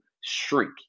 shrink